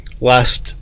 last